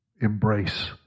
embrace